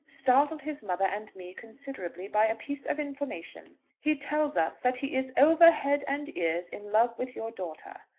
startled his mother and me considerably by a piece of information. he tells us that he is over head and ears in love with your daughter.